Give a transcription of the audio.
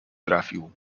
trafił